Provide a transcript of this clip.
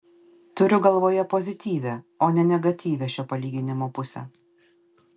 turiu galvoje pozityvią o ne negatyvią šio palyginimo pusę